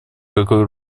какой